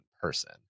person